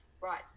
right